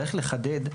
צריך לחדד.